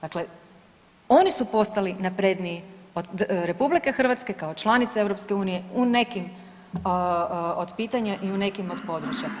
Dakle, oni postali napredniji od RH kao članica EU-a u nekim od pitanja i u nekim od područja.